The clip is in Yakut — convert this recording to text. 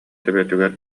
төбөтүгэр